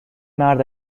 مرد